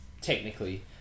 technically